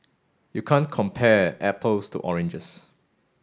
you can't compare apples to oranges